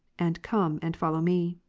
and come and follow me.